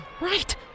right